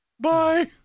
Bye